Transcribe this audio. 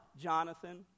Jonathan